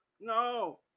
No